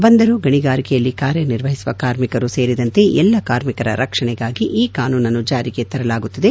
ಬಂದರು ಗಣಿಗಾರಿಕೆಯಲ್ಲಿ ಕಾರ್ಯನಿರ್ವಹಿಸುವ ಕಾರ್ಮಿಕರೂ ಸೇರಿದಂತೆ ಎಲ್ಲ ಕಾರ್ಮಿಕರ ರಕ್ಷಣೆಗಾಗಿ ಈ ಕಾನೂನನ್ನು ಜಾರಿಗೆ ತರಲಾಗುತ್ತಿದೆ